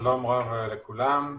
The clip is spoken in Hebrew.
שלום לכולם.